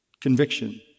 conviction